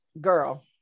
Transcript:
girl